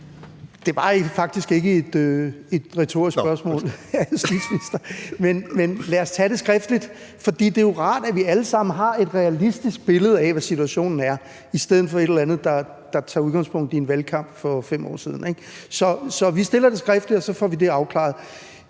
Det var faktisk ikke et retorisk spørgsmål, hr. justitsminister, men lad os tage det skriftligt, for det er jo rart, at vi alle sammen har et realistisk billede af, hvad situationen er, i stedet for et eller andet der tager udgangspunkt i en valgkamp for 5 år siden. Så vi stiller det skriftligt, og så får vi det afklaret.